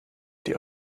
die